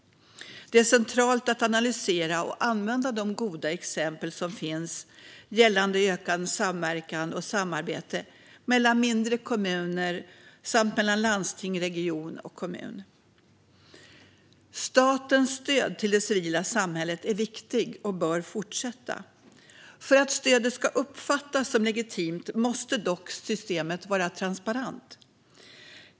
Det är centralt att analysera och använda de goda exempel som finns gällande ökad samverkan och ökat samarbete mellan mindre kommuner samt mellan landsting/region och kommun. Statens stöd till det civila samhället är viktigt och bör fortsätta. För att stödet ska uppfattas som legitimt måste dock systemet vara transparent.